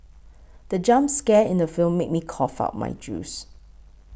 the jump scare in the film made me cough out my juice